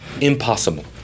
Impossible